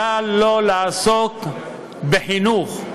היה עליו לעסוק בחינוך.